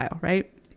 right